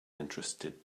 interested